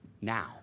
now